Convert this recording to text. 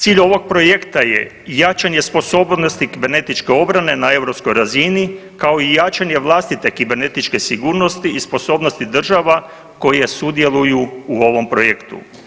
Cilj ovog projekta je jačanje sposobnosti kibernetičke obrane na europskoj razini, kao i jačanje vlastite kibernetičke sigurnosti i sposobnosti država koje sudjeluju u ovom projektu.